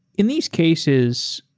in these cases,